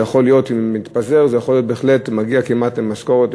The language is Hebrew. אם זה מתפזר זה יכול בהחלט להגיע כמעט למשכורת,